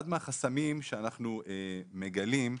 אחד מהחסמים שאנחנו מגלים,